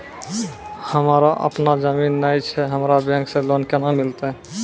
हमरा आपनौ जमीन नैय छै हमरा बैंक से लोन केना मिलतै?